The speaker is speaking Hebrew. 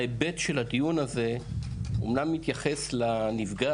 אומנם ההיבט של הדיון הזה מתייחס לנפגעת,